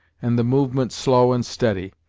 and the movement slow and steady.